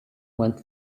went